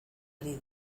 ari